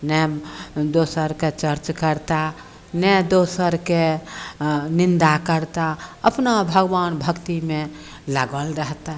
नहि दोसरके चर्च करता नहि दोसरके निन्दा करताह अपना भगवान भक्तिमे लागल रहता